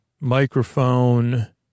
microphone